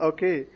Okay